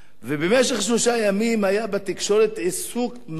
במשך שלושה ימים היה בתקשורת עיסוק מלא,